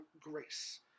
grace